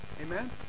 amen